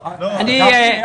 גפני,